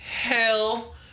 Hell